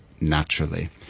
naturally